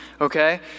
okay